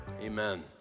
Amen